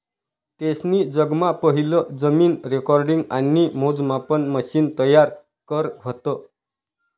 तेसनी जगमा पहिलं जमीन रेकॉर्डिंग आणि मोजमापन मशिन तयार करं व्हतं